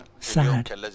sad